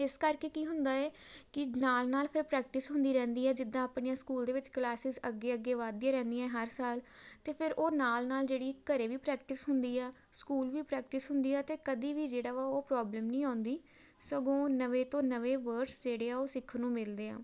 ਇਸ ਕਰਕੇ ਕੀ ਹੁੰਦਾ ਏ ਕਿ ਨਾਲ ਨਾਲ ਫਿਰ ਪ੍ਰੈਕਟਿਸ ਹੁੰਦੀ ਰਹਿੰਦੀ ਹੈ ਜਿੱਦਾਂ ਆਪਣੀਆਂ ਸਕੂਲ ਦੇ ਵਿੱਚ ਕਲਾਸਿਸ ਅੱਗੇ ਅੱਗੇ ਵੱਧਦੀਆਂ ਰਹਿੰਦੀਆਂ ਹਰ ਸਾਲ ਅਤੇ ਫਿਰ ਉਹ ਨਾਲ ਨਾਲ ਜਿਹੜੀ ਘਰ ਵੀ ਪ੍ਰੈਕਟਿਸ ਹੁੰਦੀ ਆ ਸਕੂਲ ਵੀ ਪ੍ਰੈਕਟਿਸ ਹੁੰਦੀ ਆ ਅਤੇ ਕਦੇ ਵੀ ਜਿਹੜਾ ਵਾ ਉਹ ਪ੍ਰੋਬਲਮ ਨਹੀਂ ਆਉਂਦੀ ਸਗੋਂ ਨਵੇਂ ਤੋਂ ਨਵੇਂ ਵਰਡਸ ਜਿਹੜੇ ਆ ਉਹ ਸਿੱਖਣ ਨੂੰ ਮਿਲਦੇ ਆ